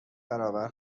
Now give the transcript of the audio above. برابر